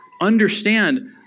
understand